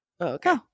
okay